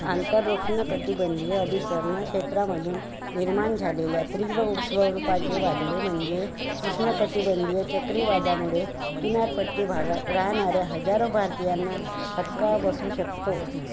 आंतरोष्णकटिबंंधीय अभिसरण क्षेत्रामधून निर्माण झालेल्या त्रिव उस्वरूपाचे वादळे म्हणजे उष्णकटिबंंधीय चक्रीवादामुळे किनारपट्टी भागात राहणाऱ्या हजारो भारतीयांना फटका बसू शकतो